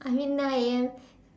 I mean nine A_M